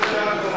מה זה להכות?